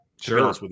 Sure